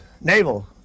naval